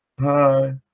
hi